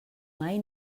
mai